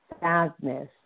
sadness